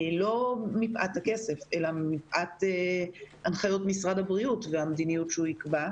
לא מפאת הכסף אלא מפאת הנחיות משרד הבריאות והמדיניות שהוא יקבע.